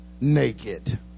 naked